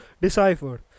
decipher